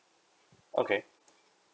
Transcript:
okay